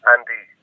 Andy